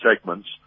segments